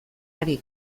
ari